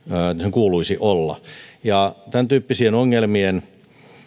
kuuluisi olla tämäntyyppisten ongelmien takia